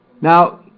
Now